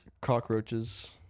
Cockroaches